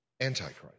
Antichrist